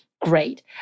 great